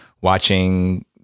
watching